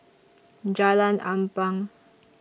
Jalan Ampang